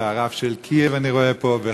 ואני רואה פה את